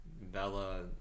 Bella